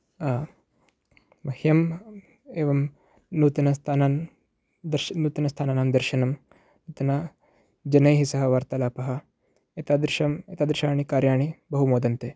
मह्यं एवं नूतनस्थानान् दर्श् नूतनस्थानानां दर्शनं अधुना जनैः सह वार्तालापः एतादृशम् एतादृशानि कार्याणि बहु मोदन्ते